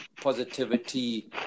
positivity